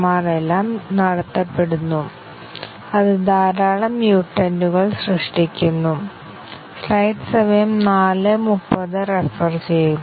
ഞങ്ങളുടെ മെട്രിക് 100 ശതമാനം statement coverage 90 ശതമാനം പാത്ത് കവറേജ് തുടങ്ങിയവ ആകാം